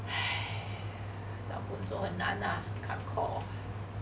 找工作很难 ah gankor